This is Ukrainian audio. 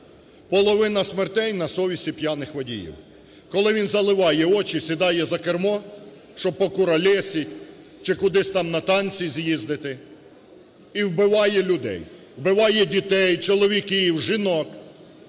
половина смертей на совісті п'яних водіїв. Коли він заливає очі і сідає за кермо, щоб покуралєсіть чи кудись там на танці з'їздити і вбиває людей, вбиває дітей, чоловіків, жінок,